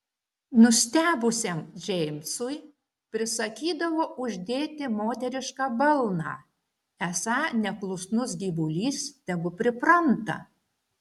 nustebusiam džeimsui prisakydavo uždėti moterišką balną esą neklusnus gyvulys tegu pripranta